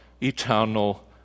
eternal